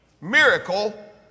miracle